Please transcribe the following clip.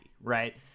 right